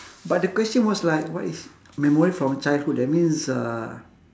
but the question was like what is memory from childhood that means uh